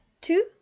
two